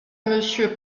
monsieur